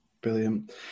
Brilliant